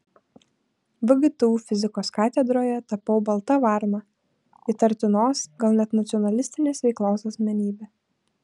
vgtu fizikos katedroje tapau balta varna įtartinos gal net nacionalistinės veiklos asmenybe